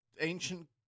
Ancient